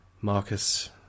Marcus